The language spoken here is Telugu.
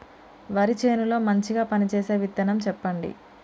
వరి చేను లో మంచిగా పనిచేసే విత్తనం చెప్పండి?